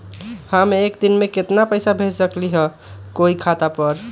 हम एक दिन में केतना पैसा भेज सकली ह कोई के खाता पर?